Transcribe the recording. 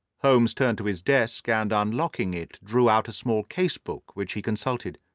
holmes turned to his desk and, unlocking it, drew out a small case-book, which he consulted.